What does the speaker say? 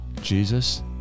jesus